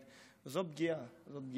זו פגיעה, זו פגיעה